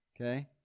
Okay